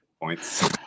points